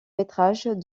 métrage